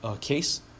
case